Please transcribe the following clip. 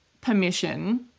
permission